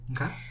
Okay